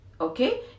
Okay